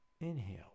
Inhale